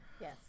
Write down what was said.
yes